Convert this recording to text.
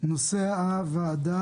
נושא הישיבה